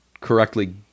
correctly